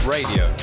Radio